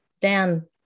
Dan